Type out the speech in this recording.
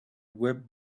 web